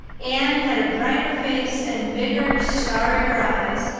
anne had a brighter face, and bigger, starrier eyes,